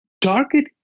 Target